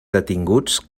detinguts